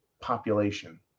population